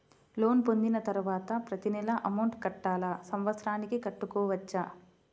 Loan పొందిన తరువాత ప్రతి నెల అమౌంట్ కట్టాలా? సంవత్సరానికి కట్టుకోవచ్చా?